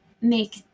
make